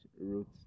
roots